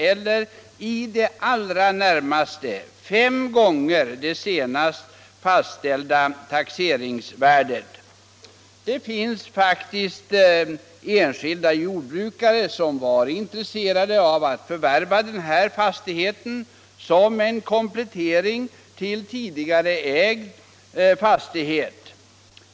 eller i det allra närmaste fem gånger det senast fastställda taxeringsvärdet. Det finns enskilda jordbrukare som var intresserade av att förvärva fastigheten som komplettering till tidigare ägd fastighet.